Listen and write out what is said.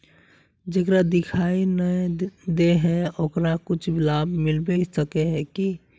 जेकरा दिखाय नय दे है ओकरा कुछ लाभ मिलबे सके है की?